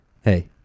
Hey